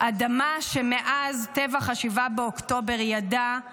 אדמה שמאז טבח 7 באוקטובר ידעה